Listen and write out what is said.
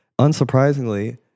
unsurprisingly